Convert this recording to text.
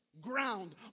ground